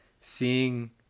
seeing